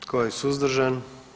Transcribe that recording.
Tko je suzdržan?